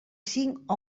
cinc